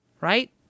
right